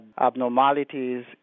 abnormalities